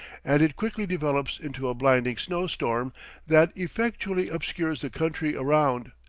and it quickly develops into a blinding snow-storm that effectually obscures the country around,